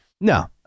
No